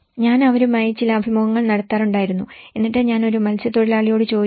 ഞാൻ അവരുമായി ചില അഭിമുഖങ്ങൾ നടത്താറുണ്ടായിരുന്നു എന്നിട്ട് ഞാൻ ഒരു മത്സ്യത്തൊഴിലാളിയോട് ചോദിച്ചു